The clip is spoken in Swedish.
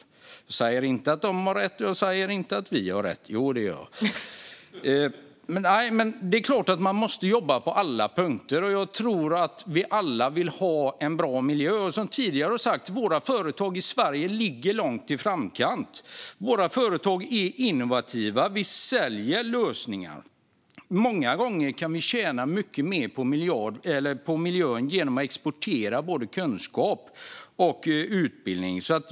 Jag säger inte att de har rätt, och jag säger inte att vi har rätt - jo, det gör jag. Det är klart att man måste jobba på alla punkter. Jag tror att vi alla vill ha en bra miljö. Som jag tidigare har sagt: Våra företag i Sverige ligger långt i framkant. Våra företag är innovativa. Vi säljer lösningar. Många gånger kan vi tjäna mycket mer på miljön genom att exportera både kunskap och utbildning.